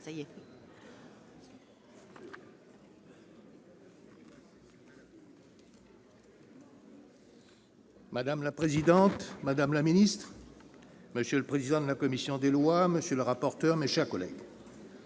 Madame la présidente, madame la ministre, monsieur le président de la commission des lois, monsieur le rapporteur, mes chers collègues,